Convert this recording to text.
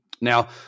Now